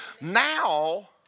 Now